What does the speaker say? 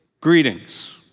Greetings